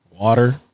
water